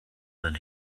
than